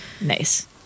Nice